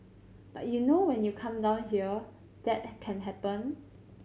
but you know when you come down here that can happen